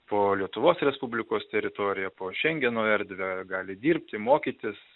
po lietuvos respublikos teritoriją po šengeno erdvę gali dirbti mokytis